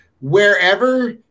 wherever